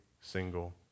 single